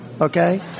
okay